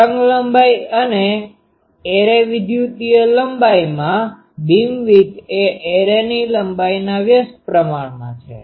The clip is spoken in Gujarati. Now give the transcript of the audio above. તરંગલંબાઈ અને એરે વિદ્યુતીય લંબાઈમાં બીમવિડ્થ એ એરેની લંબાઈના વ્યસ્ત પ્રમાણમાં છે